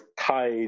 tied